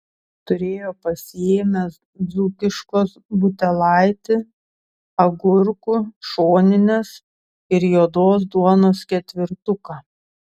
turėjo pasiėmęs dzūkiškos butelaitį agurkų šoninės ir juodos duonos ketvirtuką